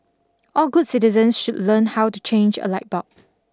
all good citizens should learn how to change a light bulb